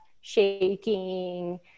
shaking